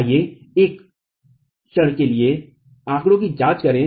आइए एक क्षण के लिए आंकड़े की जांच करें